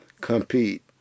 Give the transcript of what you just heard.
compete